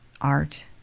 art